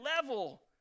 level